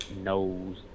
knows